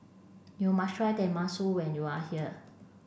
you must try Tenmusu when you are here